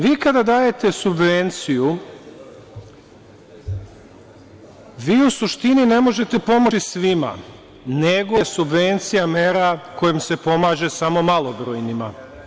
Vi kada dajete subvenciju, vi u suštini ne možete pomoći svima, nego je subvencija mera kojom se pomaže samo malobrojnima.